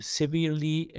severely